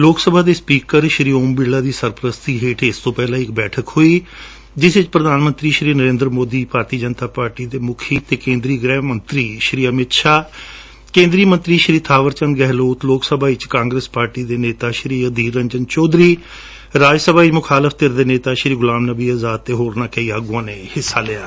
ਲੋਕਸਭਾ ਦੇ ਸਪੀਕਰ ਸ਼੍ਰੀ ਓਮ ਬਿਰਲਾ ਦੀ ਸਰਪੁਸਤੀ ਹੇਠ ਇਸ ਤੋਂ ਪਹਿਲਾਂ ਇੱਕ ਬੈਠਕ ਵਿੱਚ ਪ੍ਰਧਾਨਮੰਤਰੀ ਸ੍ਸੀ ਨਰਿੰਦਰ ਮੋਦੀ ਭਾਰਤੀ ਜਨਤਾ ਪਾਰਟੀ ਦੇ ਮੁੱਖੀ ਅਤੇ ਕੇਂਦਰੀ ਗੁਹਿ ਮੰਤਰੀ ਸ਼ੀ ਅਮਿਤ ਸ਼ਾਹ ਕੇਂਦਰੀ ਮੰਤਰੀ ਸ਼ੀ ਬਾਵਰ ਚੰਦ ਗਹਿਲੋਤ ਲੋਕ ਸਭਾ ਵਿੱਚ ਕਾਂਗਰਸ ਪਾਰਟੀ ਦੇ ਨੇਤਾ ਸ਼ੀ ਅਧੀਰ ਰੰਜਨ ਚੌਧਰੀ ਰਾਜ ਸਭਾ ਵਿੱਚ ਮੁਖਾਲਫ ਧਿਰ ਦੇ ਨੇਤਾ ਸ਼ੀ ਗੁਲਾਮ ਨਬੀ ਅਜਾਦ ਅਤੇ ਹੋਰਨਾਂ ਕਈ ਆਗੁਆਂ ਨੇ ਹਿੱਸਾ ਲਿਆ